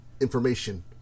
information